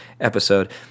episode